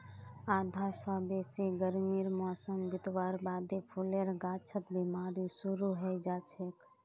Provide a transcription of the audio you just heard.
आधा स बेसी गर्मीर मौसम बितवार बादे फूलेर गाछत बिमारी शुरू हैं जाछेक